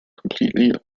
completely